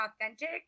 authentic